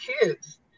kids